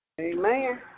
Amen